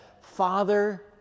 Father